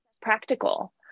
practical